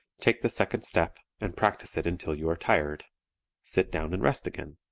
take the second step and practice it until you are tired sit down and rest again.